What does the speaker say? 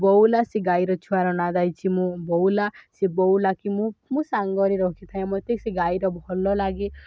ବଉଲା ସେ ଗାଈର ଛୁଆର ନାଁ ଦେଇଛି ମୁଁ ବଉଲା ସେ ବଉଲା କି ମୁଁ ମୁଁ ସାଙ୍ଗରେ ରଖିଥାଏ ମୋତେ ସେ ଗାଈର ଭଲ ଲାଗେ